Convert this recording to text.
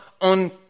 on